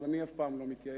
אבל אני אף פעם לא מתייאש,